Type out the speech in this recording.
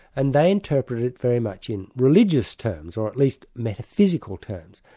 and they interpreted very much in religious terms, or at least metaphysical terms,